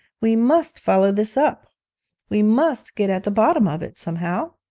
we must follow this up we must get at the bottom of it somehow!